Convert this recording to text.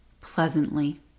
pleasantly